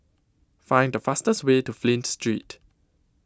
Find The fastest Way to Flint Street